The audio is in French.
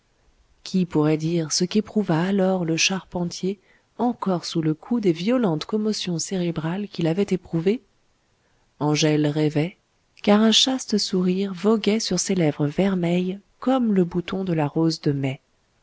qui pourrait dire ce qu'éprouva alors le charpentier encore sous le coup des violentes commotions cérébrales qu'il avait éprouvées angèle rêvait car un chaste sourire voguait sur ses lèvres vermeilles comme le bouton de la rose de mai